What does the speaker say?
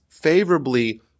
favorably